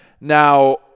now